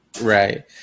Right